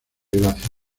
gracias